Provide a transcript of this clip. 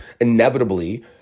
inevitably